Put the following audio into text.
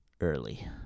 early